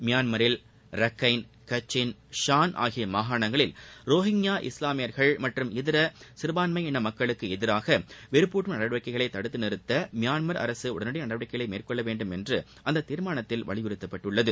மியான்மரில் Rakhine Kachin Shan ஆகிய மாகாணங்களில் ரொஹிங்கியா இஸ்லாமியர்கள் மற்றம் இதர சிறுபான்மை மக்களுக்கு எதிரான வெறுப்பூட்டும் நடவடிக்கைகளை தடுத்து நிறுத்த மியான்மா் அரசு உடன்டி நடவடிக்கைகளை மேற்கொள்ள வேண்டுமென்று அந்த தீர்மானத்தில் வலியுறுத்தப்பட்டுள்ளது